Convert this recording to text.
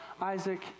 Isaac